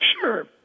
Sure